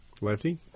Lefty